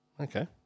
Okay